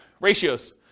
Ratios